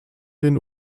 den